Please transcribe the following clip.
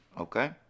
Okay